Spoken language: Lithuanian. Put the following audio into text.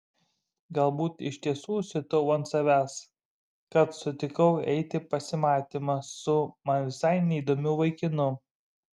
galbūt iš tiesų siutau ant savęs kad sutikau eiti į pasimatymą su man visai neįdomiu vaikinu